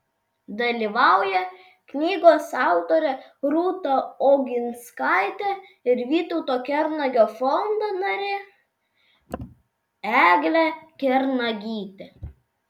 dalyvauja knygos autorė rūta oginskaitė ir vytauto kernagio fondo narė eglė kernagytė